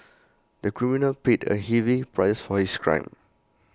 the criminal paid A heavy price for his crime